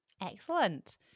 Excellent